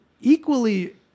equally